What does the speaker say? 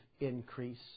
increase